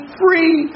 free